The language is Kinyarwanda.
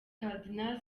karidinali